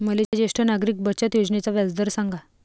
मले ज्येष्ठ नागरिक बचत योजनेचा व्याजदर सांगा